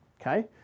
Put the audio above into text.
okay